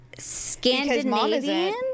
Scandinavian